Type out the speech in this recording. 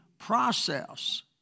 process